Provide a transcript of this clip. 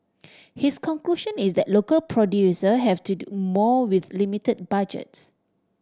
his conclusion is that local producer have to do more with limited budgets